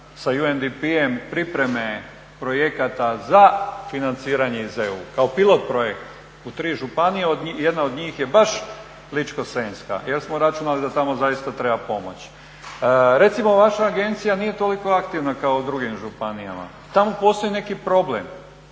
sa UNDP-em pripreme projekata za financiranje iz EU, kao pilot projekt u tri županije, jedna od njih je baš Ličko-senjska jer smo računali da tamo zaista treba pomoć. Recimo vaša agencija nije toliko aktivna kao u drugim županijama, tamo postoji neki problem.